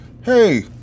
hey